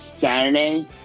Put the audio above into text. Saturday